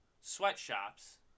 sweatshops